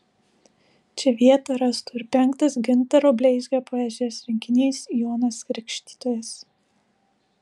čia vietą rastų ir penktas gintaro bleizgio poezijos rinkinys jonas krikštytojas